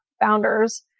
founders